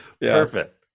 perfect